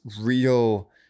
real